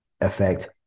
effect